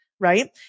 right